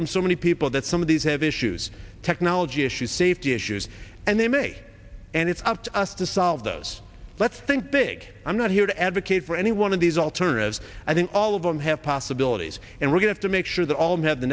from so many people that some of these have issues technology issues safety issues and they may and it's up to us to solve those let's think big i'm not here to advocate for any one of these alternatives i think all of them have possibilities and we're going to make sure that all have the